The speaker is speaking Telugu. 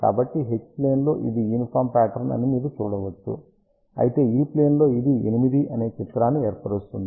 కాబట్టి H ప్లేన్ లో ఇది యూనిఫాం పాట్రన్ అని మీరు చూడవచ్చు అయితే E ప్లేన్ లో ఇది 8 అనే చిత్రాన్ని ఏర్పరుస్తుంది